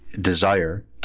desire